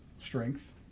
strength